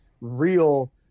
real